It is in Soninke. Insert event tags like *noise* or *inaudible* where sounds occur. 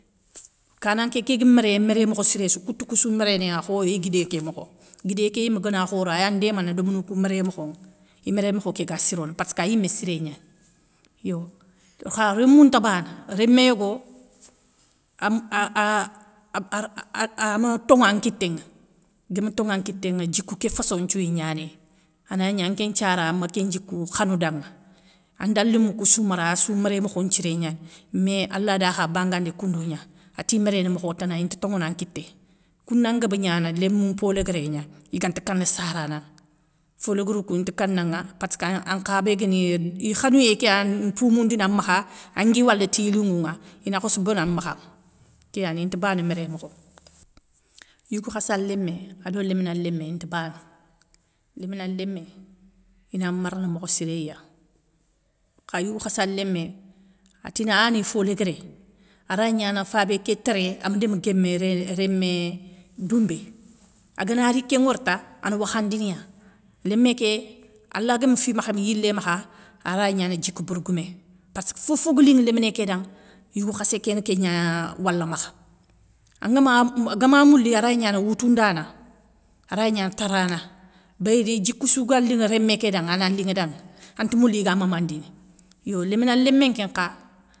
Kananké kégui méré méré mokhessiréssou, koutou koussou méréna kho i guidé ké mokho. Guidé ké yimé gana khoro ayandémana lémounou kou méré mokhoŋa. Iméré mokho kégua sirono parsskayimé siré gnani yo. Kha rémou nta bana, rémé yogo am *hesitation* ama tonŋa an kité ŋa guéme tonŋa an kité ŋa djikou kéfosso nthiouy gnanéy anagni anké nthiara ama ké djikou khanou danŋa, anda lémou koussoumara assou méré mokho nthiré gnani mais allah da kha bangandi koundougna ati méréné mokho tana inta toŋonankité kouna ngaba gnana rémou mpo léguéré gna iganta kana sarana. Fo léguérou kou inta kanaŋa, passka nkha béguéni ikhanouyé kéya mpoumoundina makha angui wala ti linŋou ŋa, inakhossi bona makha, kéyani inta bana méré mokho. Yigou khassa lémé, ado lémina lémé inta bana. Lémina lémé, ina marna mokhssiréya, kha yougoukhassa lémé, atina aya ni fo léguéré, aray gnana fabé ké téré amdéme guémé ré rémé doumbé, aganari kén ŋwori ta, ana wakhandiniya, lémé ké, allah gami fi makhmi yilémakha aray gnana djikou bourgoumé, passke fofogalinŋe léminé ké danŋ yougoukhassé kéni kéngna wala makha, angama gama mouli aray gnana woutoundana, aray gnana tarana béyli djikou sou ga linŋa rémé ké danŋa ana linŋa danŋa ante mouliga mamandini yo léminan lémé nkén nkha.